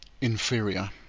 inferior